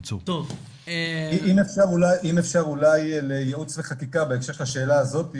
אם אפשר אולי לייעוץ וחקיקה בהמשך לשאלה הזאת,